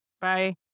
Bye